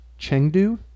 Chengdu